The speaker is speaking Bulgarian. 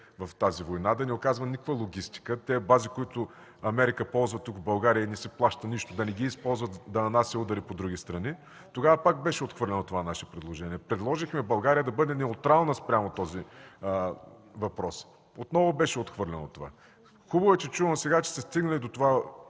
в тази война, да не оказва никаква логистика, тези бази, които Америка ползва тук, в България, и не си плаща нищо, да не ги използва да нанася удари по други страни. Тогава пак беше отхвърлено това наше предложение. Предложихме България да бъде неутрална по този въпрос – отново беше отхвърлено това. Хубаво е да чувам сега, че се стигна до